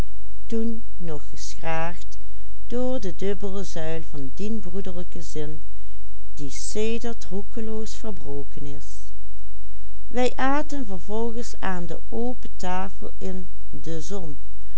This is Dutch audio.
roekeloos verbroken is wij aten vervolgens aan de open tafel in de zon